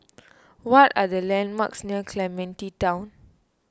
what are the landmarks near Clementi Town